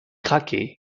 craquaient